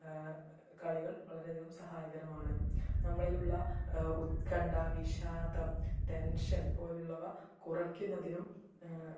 കളികൾ വളരെ അധികം സഹായകരമാണ് നമ്മളിലുള്ള ഉൽകണ്ഠ വിഷാദം ടെൻഷൻ പോലുള്ളവ കുറയ്ക്കുന്നതിനും